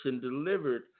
delivered